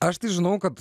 aš tai žinau kad